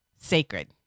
sacred